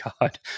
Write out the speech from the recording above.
God